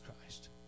Christ